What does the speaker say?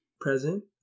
present